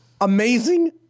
amazing